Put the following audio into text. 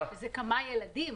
זה כמה ילדים.